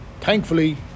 Thankfully